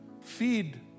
Feed